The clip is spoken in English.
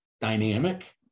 dynamic